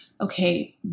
okay